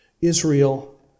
Israel